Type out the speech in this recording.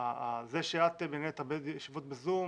זה שאת מנהלת ישיבות ב"זום",